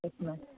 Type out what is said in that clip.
yes ma'am